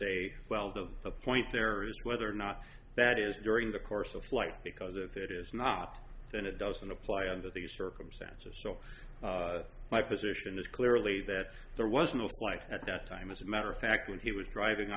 say well the point there is whether or not that is during the course of flight because if it is not then it doesn't apply under these circumstances so my position is clearly that there was no life at that time as a matter of fact when he was driving